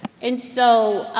and so,